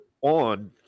on